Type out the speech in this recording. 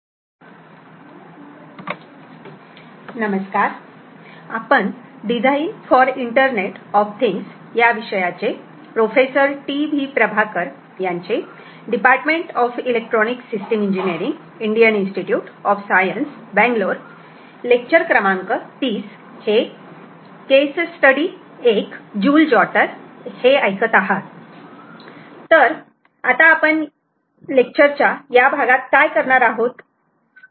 तर आता आपण लेक्चर च्या या भागात काय करणार आहोत